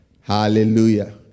Hallelujah